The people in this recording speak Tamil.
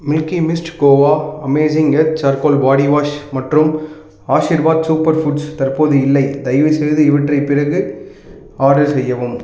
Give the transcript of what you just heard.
milky mist khoa amazing earth charcoal body wash மற்றும் ஆஷிர்வாத் சூப்பர் ஃபுட்ஸ் தற்போது இல்லை தயவுசெய்து இவற்றை பிறகு ஆர்டர் செய்யவும்